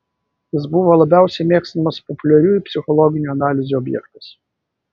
jis buvo labiausiai mėgstamas populiariųjų psichologinių analizių objektas